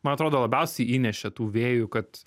man atrodo labiausiai įnešė tų vėjų kad